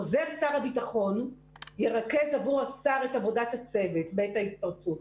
עוזר שר הביטחון ירכז עבור השר את עבודת הצוות בעת ההתפרצות.